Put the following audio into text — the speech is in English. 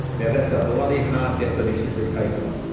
now that's a bloody hard definition to take on,